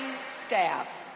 staff